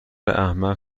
احمق